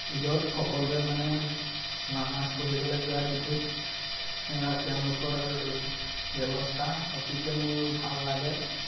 ঈদত সকলোৱে মানে নামাজ পঢ়িবলৈ যোৱা যিটো সেয়া তেওঁলোকৰ ব্যৱস্থা অতিকে মোৰ ভাল লাগে